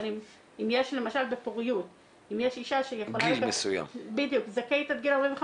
אם למשל יש בפוריות אישה שזכאית עד גיל 45